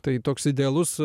tai toks idealus